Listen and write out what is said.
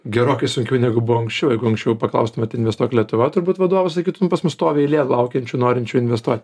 gerokai sunkiau negu buvo anksčiau jeigu anksčiau paklaustumėt investuok lietuva turbūt vadovų sakytų nu pas mus stovi eilė laukiančių norinčių investuot